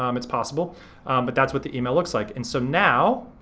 um it's possible but that's what the email looks like and so, now,